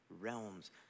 realms